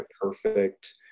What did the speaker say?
perfect